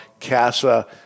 Casa